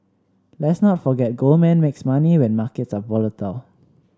let's not forget Goldman makes money when markets are volatile